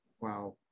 Wow